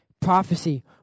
prophecy